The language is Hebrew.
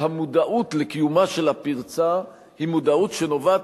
שהמודעות לקיומה של הפרצה היא מודעות שנובעת